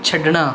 ਛੱਡਣਾ